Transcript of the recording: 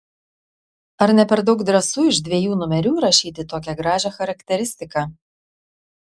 ar ne per daug drąsu iš dviejų numerių rašyti tokią gražią charakteristiką